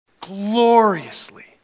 gloriously